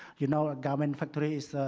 you know, a garment factory